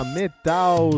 metal